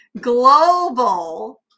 global